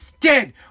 dead